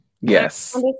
Yes